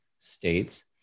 states